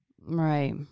Right